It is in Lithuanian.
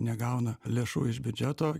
negauna lėšų iš biudžeto